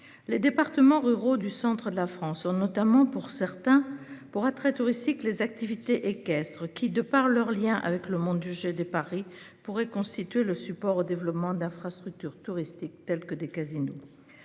les départements ruraux du centre de la France ont notamment pour certains pour très touristique, les activités équestres qui de par leur lien avec le monde du jeu de Paris pourrait constituer le support au développement d'infrastructures touristiques telles que des casinos.